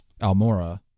Almora